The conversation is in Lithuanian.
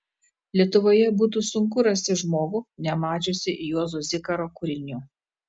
lietuvoje būtų sunku rasti žmogų nemačiusį juozo zikaro kūrinių